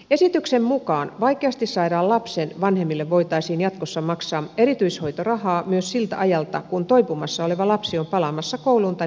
esityksen mukaan vaikeasti sairaan lapsen vanhemmille voitaisiin jatkossa maksaa erityishoitorahaa myös siltä ajalta kun toipumassa oleva lapsi on palaamassa kouluun tai päivähoitoon